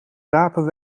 rapen